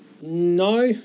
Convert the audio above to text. No